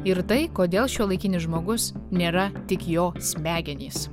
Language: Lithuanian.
ir tai kodėl šiuolaikinis žmogus nėra tik jo smegenys